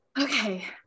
Okay